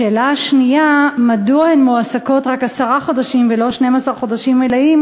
השאלה השנייה: מדוע הן מועסקות רק עשרה חודשים ולא 12 חודשים מלאים,